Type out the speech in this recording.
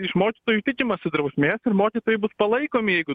iš mokytojų tikimasi drausmės ir mokytojai bus palaikomi jeigu